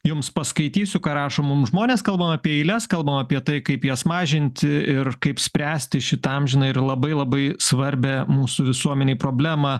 jums paskaitysiu ką rašo mum žmonės kalbam apie eiles kalbam apie tai kaip jas mažinti ir kaip spręsti šitą amžiną ir labai labai svarbią mūsų visuomenei problemą